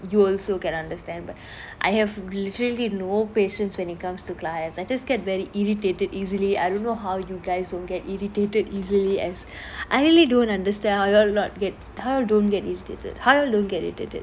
you also can understand but I have literally no patience when it comes to clients I just get very irritated easily I don't know how you guys don't get irritated easily as I really don't understand how you all not get how don't get irritated how you all don't get irritated